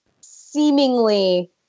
seemingly